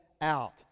out